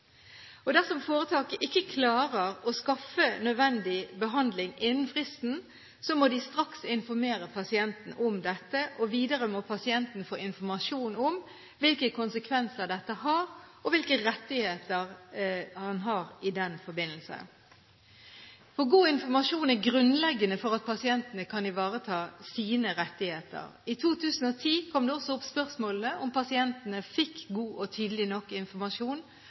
helsehjelp. Dersom foretaket ikke klarer å skaffe nødvendig behandling innen fristen, må de straks informere pasienten om dette. Videre må pasienten få informasjon om hvilke konsekvenser dette har, og hvilke rettigheter han har i den forbindelse. God informasjon er grunnleggende for at pasientene kan ivareta sine rettigheter. I 2010 kom det også opp spørsmål om pasientene fikk god og tydelig nok informasjon